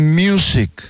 music